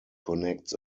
connects